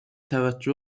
توجه